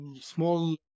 small